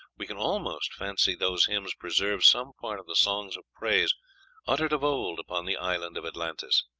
we can almost fancy those hymns preserve some part of the songs of praise uttered of old upon the island of atlantis.